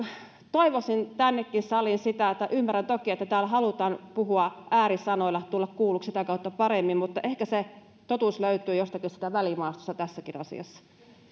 toivoisin tännekin saliin sitä että ymmärrän toki että täällä halutaan puhua äärisanoilla tulla kuulluksi sitä kautta paremmin ehkä se totuus löytyy jostakin siitä välimaastosta tässäkin asiassa